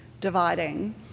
dividing